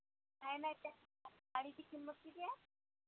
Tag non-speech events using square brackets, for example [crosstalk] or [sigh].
नाही नाही [unintelligible] आणि हिची किंमत किती आहे